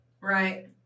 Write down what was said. right